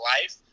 life